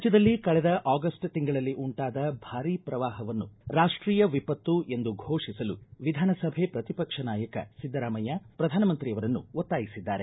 ರಾಜ್ಯದಲ್ಲಿ ಕಳೆದ ಆಗಸ್ಟ್ ತಿಂಗಳಲ್ಲಿ ಉಂಟಾದ ಭಾರೀ ಪ್ರವಾಹವನ್ನು ರಾಷ್ಟೀಯ ವಿಪತ್ತು ಎಂದು ಘೋಷಿಸಲು ವಿಧಾನಸಭೆ ಪ್ರತಿಪಕ್ಷ ನಾಯಕ ಸಿದ್ದರಾಮಯ್ಯ ಪ್ರಧಾನಮಂತ್ರಿಯವರನ್ನು ಒತ್ತಾಯಿಸಿದ್ದಾರೆ